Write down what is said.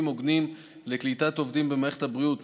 והוגנים לקליטת עובדים במערכת הבריאות,